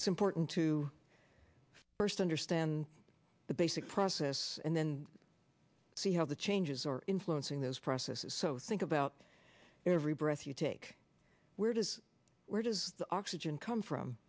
it's important to first understand the basic process and then see how the changes are influencing those processes so think about every breath you take where does where does gin come from